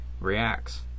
reacts